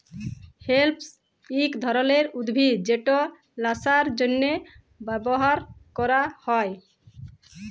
hemp ইক ধরলের উদ্ভিদ যেট ল্যাশার জ্যনহে ব্যাভার ক্যরা হ্যয়